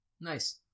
Nice